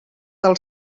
del